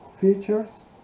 features